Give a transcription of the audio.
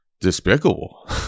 despicable